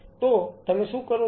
તો તમે શું કરો છો